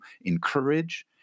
encourage